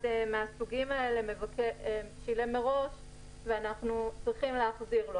מהמפורטים למעלה שילם מראש ואנחנו צריכים להחזיר לו,